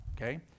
okay